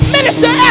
Minister